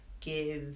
give